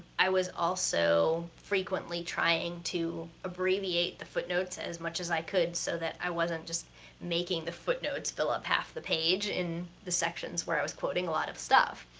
i was also frequently trying to abbreviate the footnotes as much as i could, so that i wasn't just making the footnotes fill up half the page in the sections where i was quoting a lot of stuff.